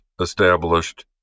established